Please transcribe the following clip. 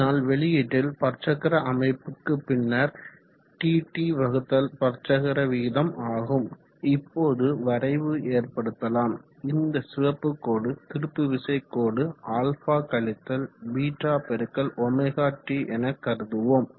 அதனால் வெளியீட்டில் பற்சக்கர அமைப்புக்கு பின்னர் Tt பற்சக்கர விகிதம் Ttgear ratio ஆகும் இப்போது வரைவு ஏற்படுத்தலாம் இந்த சிவப்பு கோடு திருப்பு விசை கோடு α β ωt என கருதுவோம்